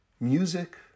music